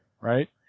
right